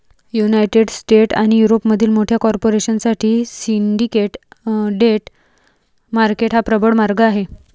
United States आणि युरोपमधील मोठ्या कॉर्पोरेशन साठी सिंडिकेट डेट मार्केट हा प्रबळ मार्ग आहे